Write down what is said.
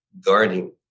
guarding